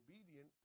obedient